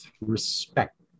respect